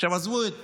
עזבו את